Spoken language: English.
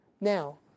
Now